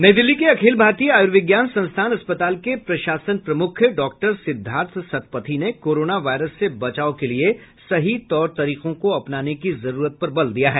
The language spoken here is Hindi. नई दिल्ली के अखिल भारतीय आयुर्विज्ञान संस्थान अस्पताल के प्रशासन प्रमुख डॉक्टर सिद्धार्थ सतपथी ने कोरोना वायरस से बचाव के लिए सही तौर तरीकों को अपनाने की जरूरत पर बल दिया है